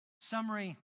Summary